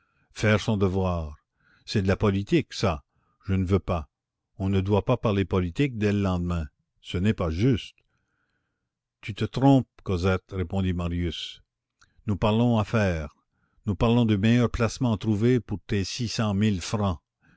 faire son devoir c'est de la politique ça je ne veux pas on ne doit pas parler politique dès le lendemain ce n'est pas juste tu te trompes cosette répondit marius nous parlons affaires nous parlons du meilleur placement à trouver pour tes six cent mille francs